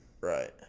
Right